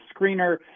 screener